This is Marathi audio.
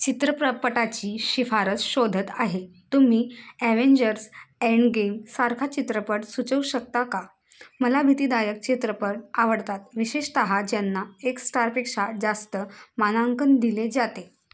चित्रपटाची शिफारस शोधत आहे तुम्ही ॲव्हेंजर्स अँडगेमसारखा चित्रपट सुचवू शकता का मला भीतीदायक चित्रपट आवडतात विशेषतः ज्यांना एक स्टारपेक्षा जास्त मानांकन दिले जाते